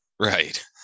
Right